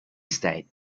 state